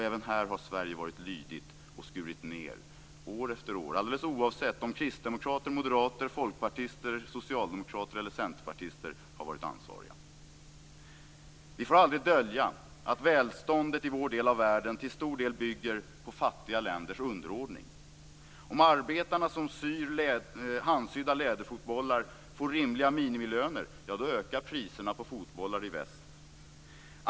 Även här har Sverige varit lydigt och skurit ned år efter år, oavsett om kristdemokrater, moderater, folkpartister, socialdemokrater eller centerpartister har varit ansvariga. Vi får aldrig dölja att välståndet i vår del av världen till stor del bygger på fattiga länders underordning. Om arbetarna som syr handsydda läderfotbollar får rimliga minimilöner ökar priserna på fotbollar i väst.